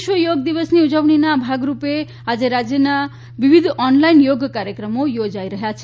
વિશ્વ યોગ દિવસની ઉજવણીના ભાગરૂપે આજે રાજ્યના વિવિધ ઓનલાઈન યોગ કાર્યક્રમો યોજાઈ રહ્યા છે